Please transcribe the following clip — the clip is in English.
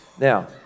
Now